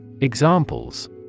Examples